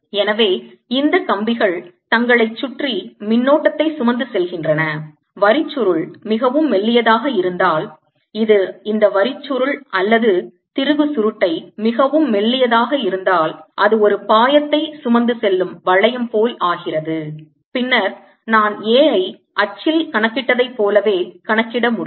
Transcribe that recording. எனவே இந்த கம்பிகள் தங்களைச் சுற்றி மின்னோட்டத்தை சுமந்து செல்கின்றன வரிச்சுருள் மிகவும் மெல்லியதாக இருந்தால் இது இந்த வரிச்சுருள் அல்லது திருகுசுருட்டை மிகவும் மெல்லியதாக இருந்தால் அது ஒரு பாயத்தை சுமந்து செல்லும் வளையம் போல் ஆகிறது பின்னர் நான் A ஐ அச்சில் கணக்கிட்டதைப் போலவே கணக்கிட முடியும்